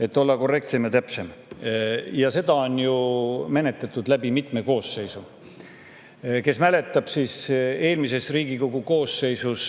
et olla korrektsem ja täpsem. Ja seda on ju menetletud läbi mitme koosseisu. Kes mäletab, eelmises Riigikogu koosseisus